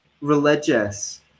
religious